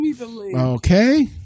Okay